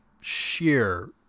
sheer